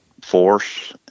force